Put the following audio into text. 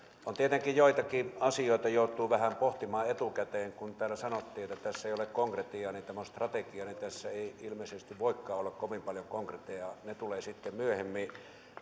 on tietenkin joitakin asioita joita joutuu vähän pohtimaan etukäteen täällä sanottiin että tässä ei ole konkretiaa tämä on strategia niin että tässä ei ilmeisesti voikaan olla kovin paljon konkretiaa se tulee sitten myöhemmin